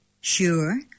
Sure